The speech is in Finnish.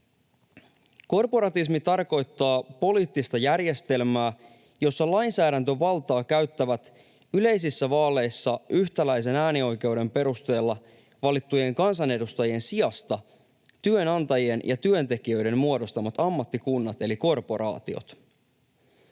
”Korporatismi tarkoittaa poliittista järjestelmää, jossa lainsäädäntövaltaa käyttävät yleisissä vaaleissa yhtäläisen äänioikeuden perusteella valittujen kansanedustajien sijasta työnantajien ja työntekijöiden muodostamat ammattikunnat eli korporaatiot.